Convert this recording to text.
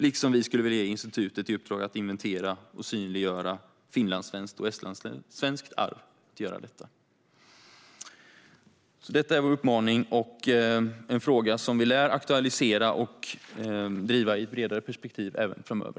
Likaså skulle vi vilja ge institutet i uppdrag att inventera och synliggöra finlandssvenskt och estlandssvenskt arv. Detta är vår uppmaning och en fråga som vi lär aktualisera och driva i ett bredare perspektiv även framöver.